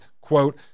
quote